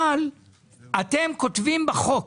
אבל אתם כותבים בחוק